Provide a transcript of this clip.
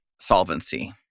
solvency